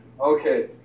Okay